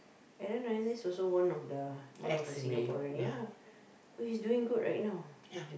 Aaron-Aziz also one of the one of the Singaporean ya but he's doing good right now